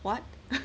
what